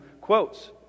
quotes